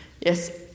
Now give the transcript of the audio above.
Yes